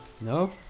No